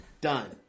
done